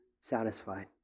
satisfied